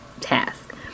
task